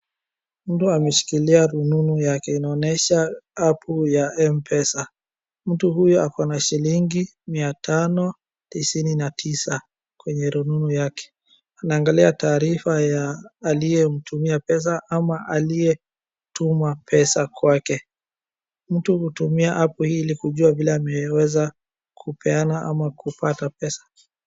Mtu ameshikilia rununu yake, inaonyesha app ya Mpesa, mtu huyu ako na shilingi mia tano tisini na tisa kwenye rununu yake. Anaangalia taarifa ya aliyemtumia pesa ama aliyetuma pesa kwake. Mtu hutumia app hii ili kujua vile ameweza kupeana ama kupata pesa.